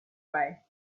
way